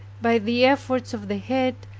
by the efforts of the head,